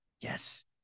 Yes